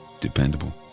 Dependable